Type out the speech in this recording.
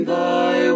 Thy